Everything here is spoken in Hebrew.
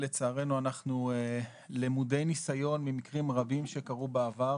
לצערנו אנחנו למודי ניסיון ממקרים רבים שקרו בעבר